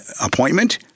appointment